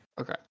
Okay